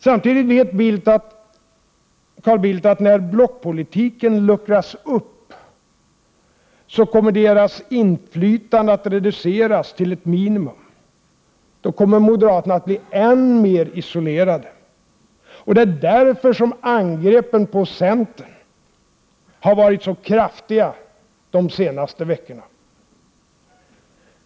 Samtidigt vet Carl Bildt att moderaternas inflytande kommer att reduceras till ett minimum när blockpolitiken luckras upp. Då kommer moderaterna att bli ännu mer isolerade. Det är därför som angreppen på centern har varit så kraftiga under de senaste veckorna.